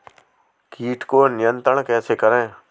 कीट को नियंत्रण कैसे करें?